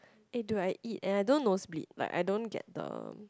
eh dude I eat and I don't nosebleed like I don't get the